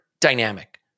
dynamic